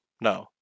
no